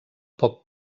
poc